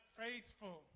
faithful